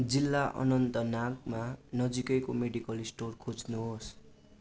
जिल्ला अनन्तनागमा नजिकैको मेडिकल स्टोर खोज्नुहोस्